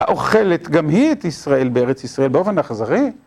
האוכלת גם היא את ישראל בארץ ישראל באופן אכזרי.